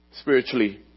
spiritually